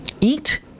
eat